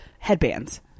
Headbands